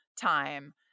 time